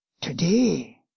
Today